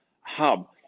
hub